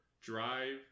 drive